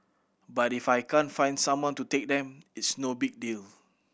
but if I can't find someone to take them it's no big deal